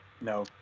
no